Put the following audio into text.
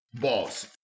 Boss